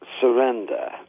surrender